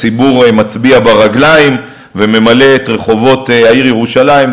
הציבור מצביע ברגליים וממלא את רחובות העיר ירושלים,